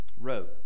wrote